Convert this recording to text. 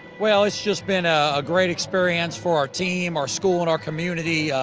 well, it's just been a ah great experience for our team, our school and our community.